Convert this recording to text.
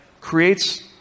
creates